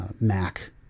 Mac